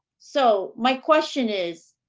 so my question is,